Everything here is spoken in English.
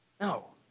No